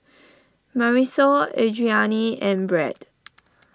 Marisol Adriane and Brad